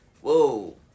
whoa